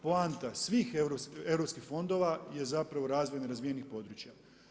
Poanta svih europskih fondova je zapravo razvoj nerazvijenih područja.